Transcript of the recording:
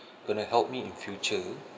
gonna help me in future